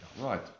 Right